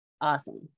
Awesome